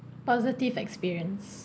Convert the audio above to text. positive experience